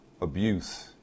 abuse